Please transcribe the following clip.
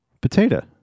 Potato